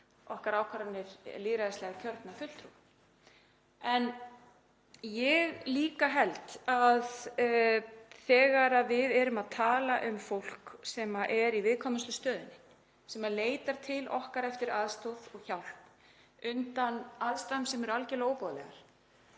á ákvarðanir okkar lýðræðislega kjörnu fulltrúa. En ég held líka að þegar við erum að tala um fólk sem er í viðkvæmustu stöðunni, sem leitar til okkar eftir aðstoð og hjálp undan aðstæðum sem eru algerlega óboðlegar,